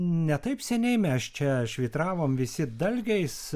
ne taip seniai mes čia švytravom visi dalgiais